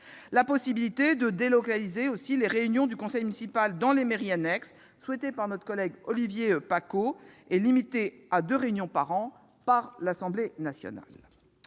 la possibilité de délocaliser les réunions du conseil municipal dans les mairies annexes, souhaitée par notre collègue Olivier Paccaud et limitée à deux réunions par an par les députés. L'Assemblée nationale